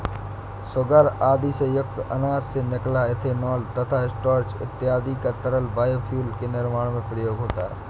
sugar आदि से युक्त अनाज से निकला इथेनॉल तथा स्टार्च इत्यादि का तरल बायोफ्यूल के निर्माण में प्रयोग होता है